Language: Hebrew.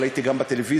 אבל הייתי גם בטלוויזיה,